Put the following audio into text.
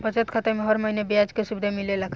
बचत खाता में हर महिना ब्याज के सुविधा मिलेला का?